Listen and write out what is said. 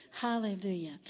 Hallelujah